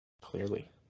Clearly